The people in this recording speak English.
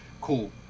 Cool